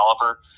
Oliver